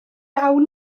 awn